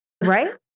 Right